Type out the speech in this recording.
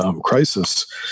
crisis